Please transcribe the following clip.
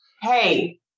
hey